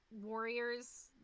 warriors